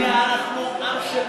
אנחנו עם של מנהלים.